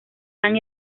han